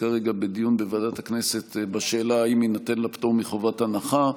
כרגע בדיון בוועדת הכנסת בשאלה אם יינתן לה פטור מחובת הנחה.